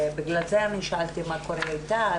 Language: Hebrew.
ובגלל זה שאלתי מה קורה איתה.